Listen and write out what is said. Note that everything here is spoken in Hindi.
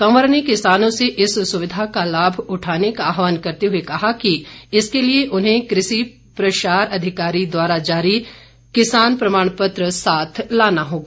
कंवर ने किसानों से इस सुविधा का लाभ उठाने का आह्वान करते हुए कहा है कि इसके लिए उन्हें कृषि प्रसार अधिकारी द्वारा जारी किसान प्रमाण पत्र साथ लाना होगा